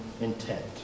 intent